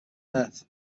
earth